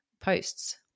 posts